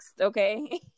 okay